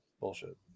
Bullshit